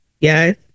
Yes